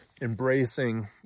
embracing